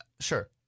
Sure